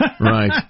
Right